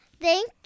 thank